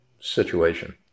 situation